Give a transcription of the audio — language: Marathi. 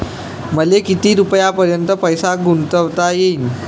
मले किती रुपयापर्यंत पैसा गुंतवता येईन?